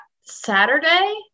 Saturday